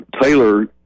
Taylor –